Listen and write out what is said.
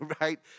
right